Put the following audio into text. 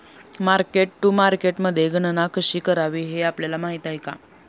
Mark to मार्केटमध्ये गणना कशी करावी हे आपल्याला माहित आहे का?